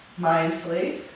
mindfully